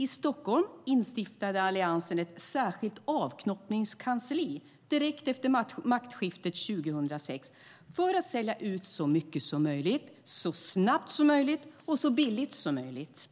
I Stockholm instiftade Alliansen ett särskilt avknoppningskansli direkt efter maktskiftet 2006 för att sälja ut så mycket som möjligt, så snabbt som möjligt och så billigt som möjligt.